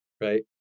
right